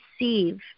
receive